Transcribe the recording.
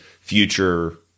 future